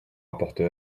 rapporteur